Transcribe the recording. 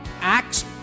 Acts